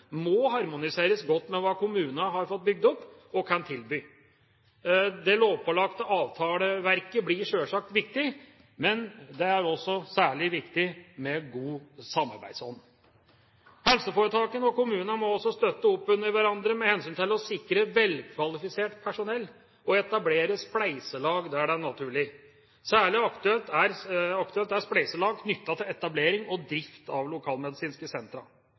må harmoniseres godt med hva kommunene har fått bygd opp og kan tilby. Det lovpålagte avtaleverket blir sjølsagt viktig, men det er også særlig viktig med god samarbeidsånd. Helseforetakene og kommunene må også støtte opp under hverandre med hensyn til å sikre velkvalifisert personell og etablere spleiselag der det er naturlig. Særlig aktuelt er spleiselag knyttet til etablering og drift av lokalmedisinske sentra. I dag har vi tolv slike sentre.